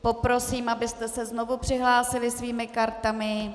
Poprosím, abyste se znovu přihlásili svými kartami.